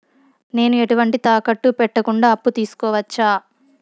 నేను ఎటువంటి తాకట్టు పెట్టకుండా అప్పు తీసుకోవచ్చా?